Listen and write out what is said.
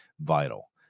vital